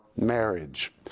marriage